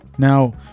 Now